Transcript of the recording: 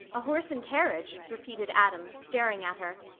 a horse and carriage? repeated adam, staring at her.